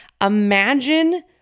Imagine